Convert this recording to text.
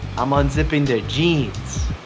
i'm unzipping their jeans.